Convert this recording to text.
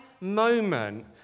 moment